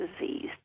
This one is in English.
disease